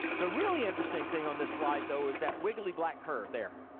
the really interesting thing on this slide, though is that wiggly black curve there.